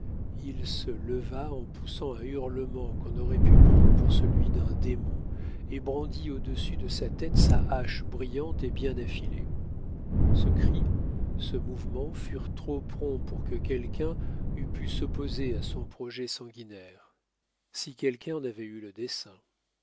il se leva en poussant un hurlement qu'on aurait pu prendre pour celui d'un démon et brandit audessus de sa tête sa hache brillante et bien affilée ce cri ce mouvement furent trop prompts pour que quelqu'un eût pu s'opposer à son projet sanguinaire si quelqu'un en avait eu le dessein